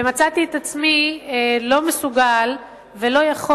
ומצאתי את עצמי לא מסוגל ולא יכול